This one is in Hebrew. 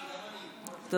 שכחתי, גם אני.